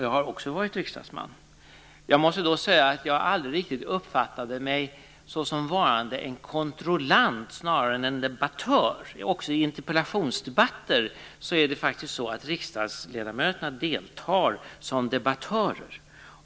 Jag har också varit riksdagsman. Jag måste säga att jag aldrig riktigt uppfattade mig såsom varande en kontrollant snarare än en debattör. Även i interpellationsdebatter är det faktiskt så att riksdagsledamöterna deltar som debattörer.